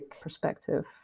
perspective